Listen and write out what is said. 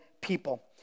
people